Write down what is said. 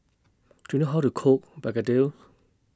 Do YOU know How to Cook Begedil